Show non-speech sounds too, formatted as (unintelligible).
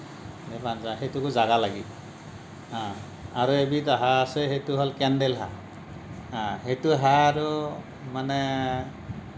(unintelligible) সেইটোকো জাগা লাগিব হা আৰু এবিধ হাঁহ আছে সেইটো হ'ল কেণ্ডেল হাঁহ হা সেইটো হাঁহ আৰু মানে